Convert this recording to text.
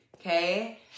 Okay